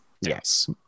Yes